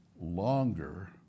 longer